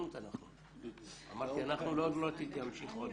כהן, בבקשה.